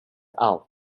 out